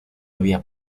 había